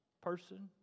person